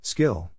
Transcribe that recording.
Skill